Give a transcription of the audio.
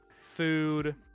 food